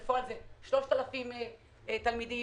בפועל, זה 3,000 תלמידים.